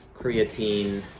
creatine